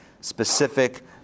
specific